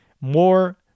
more